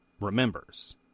remembers